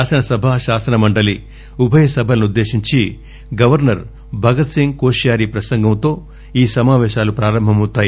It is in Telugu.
శాసనసభ శాసనమండలి ఉభయసభలనుద్దేశించి గవర్నర్ భగత్సింగ్ కోషియారి ప్రసంగంలో ఈ సమాపేశాలు ప్రారంభమవుతాయి